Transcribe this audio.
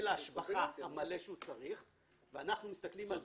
זאת אומרת,